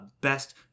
best